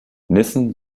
nissen